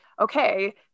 okay